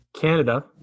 Canada